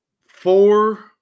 Four